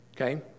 Okay